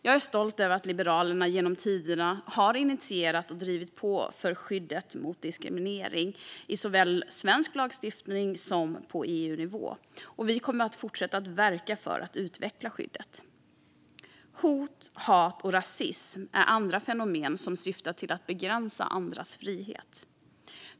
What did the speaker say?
Jag är stolt över att Liberalerna genom tiderna har initierat och drivit på för skyddet mot diskriminering såväl i svensk lagstiftning som på EU-nivå, och vi kommer att fortsätta att verka för att utveckla skyddet. Hot, hat och rasism är andra fenomen som syftar till att begränsa andras frihet.